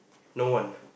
no one